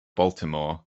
baltimore